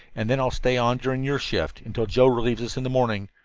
and then i'll stay on during your shift, until joe relieves us in the morning.